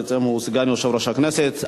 בעצם הוא סגן יושב-ראש הכנסת.